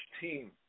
team